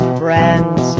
friends